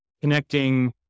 connecting